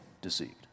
deceived